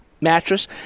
mattress